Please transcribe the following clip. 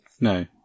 No